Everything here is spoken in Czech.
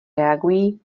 reagují